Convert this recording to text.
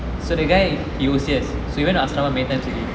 so the guy he O_C_S so he went to asmara many times already